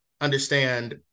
understand